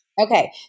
Okay